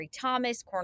Thomas